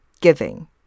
giving